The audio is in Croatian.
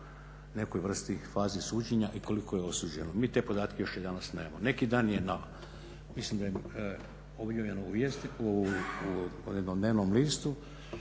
nekoj vrsti fazi suđenja i koliko je osuđeno. Mi te podatke još i danas nemamo. Neki dan je na, mislim da je objavljeno u jednom dnevnom listu